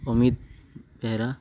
Amit Behera